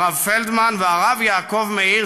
הרב פלדמן והרב יעקב מאיר",